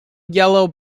yellow